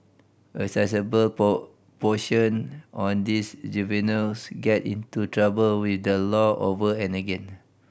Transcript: a sizeable proportion on these juveniles get into trouble with the law over and again